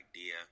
idea